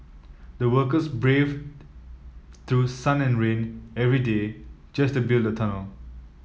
the workers braved through sun and rain every day just to build the tunnel